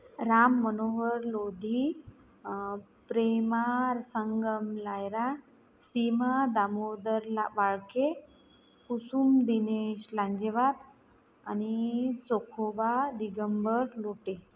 राम मनोहर लोधी प्रेमा संगम लायरा सीमा दामोदर ला वाळके कुसुम दिनेश लांजेवार आनि चोखोबा दिगंबर लोटे